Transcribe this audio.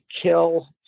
kill